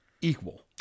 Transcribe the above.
equal